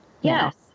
Yes